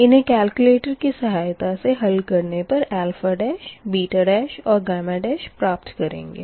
इन्हें केलक्यूलेटर की सहायता से हल करने पर प्राप्त करेंगे